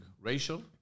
racial